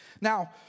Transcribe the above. Now